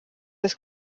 des